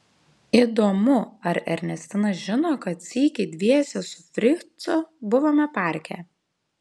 įdomu ar ernestina žino kad sykį dviese su fricu buvome parke